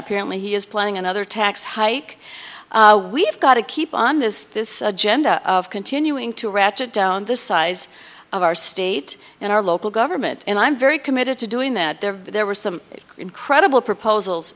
apparently he is planning another tax hike we've got to keep on this agenda of continuing to ratchet down the size of our state and our local government and i'm very committed to doing that there there were some incredible proposals